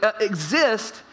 exist